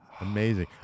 Amazing